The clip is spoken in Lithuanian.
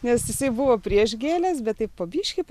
nes jisai buvo prieš gėles bet taip po biškį